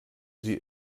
sie